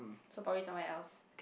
so probably someone else